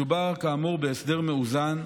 מדובר כאמור בהסדר מאוזן,